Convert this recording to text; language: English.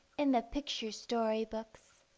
in the picture story-books.